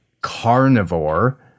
carnivore